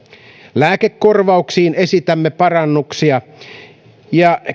lääkekorvauksiin esitämme parannuksia ja